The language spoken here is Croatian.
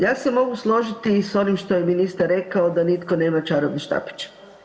Ja se mogu složiti sa onim što je ministar rekao da nitko nema čarobni štapić.